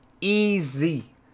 Easy